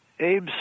Abe's